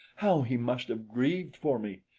how he must have grieved for me!